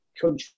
country